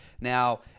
Now